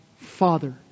Father